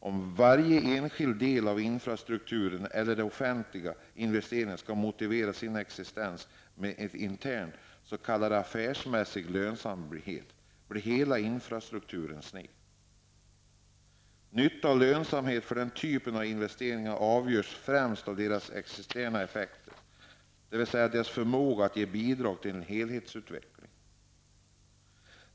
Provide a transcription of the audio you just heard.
Om varje särskild del av infrastrukturen och de offentliga investeringarna skall motivera sin existens med en intern, s.k. affärsmässig, lönsamhet blir hela strukturen sned. Nytta och lönsamhet för denna typ av investeringar avgörs främst av deras externa effekter, dvs. deras förmåga att ge bidrag till en helhetsutveckling.